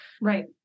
Right